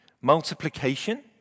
Multiplication